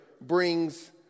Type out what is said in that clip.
brings